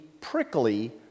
prickly